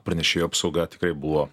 pranešėjo apsauga tikrai buvo